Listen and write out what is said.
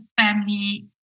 family